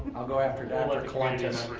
i'll go after dr. clentus.